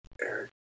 Eric